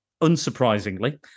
unsurprisingly